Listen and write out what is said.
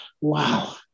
wow